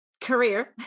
career